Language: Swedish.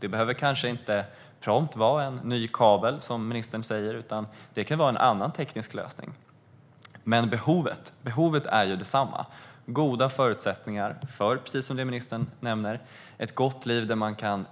Det behöver kanske inte prompt vara en ny kabel, som ministern sa, utan det kan vara en annan teknisk lösning. Men behovet är detsamma: goda förutsättningar, precis som ministern sa, för ett gott liv där man kan